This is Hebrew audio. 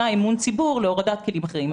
אמון בציבור שיאפשר הורדה של כלים אחרים.